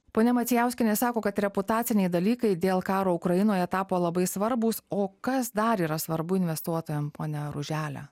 ponia macijauskienė sako kad reputaciniai dalykai dėl karo ukrainoje tapo labai svarbūs o kas dar yra svarbu investuotojams pone ružele